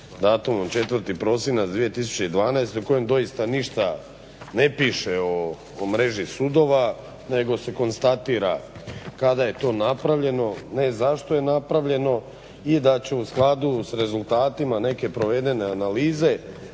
datumom 4. prosinac 2012. u kojem doista ništa ne piše o mreži sudova nego se konstatira kada je to napravljeno, ne zašto je napravljeno i da će u skladu s rezultatima neke provedene analize